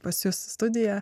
pas jus į studija